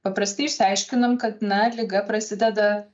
paprastai išsiaiškinam kad na liga prasideda